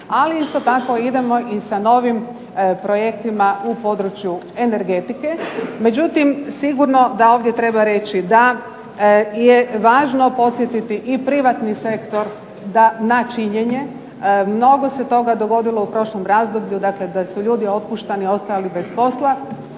ali isto tako idemo i sa novim projektima u području energetike. Međutim, sigurno da ovdje treba reći da je važno podsjetiti i privatni sektor na činjenje. Mnogo se toga dogodilo u prošlom razdoblju, dakle da su ljudi otpuštani, ostajali bez posla,